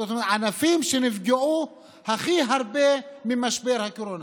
זאת אומרת, הענפים שנפגעו הכי הרבה ממשבר הקורונה.